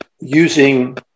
using